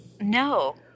no